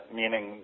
meaning